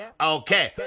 Okay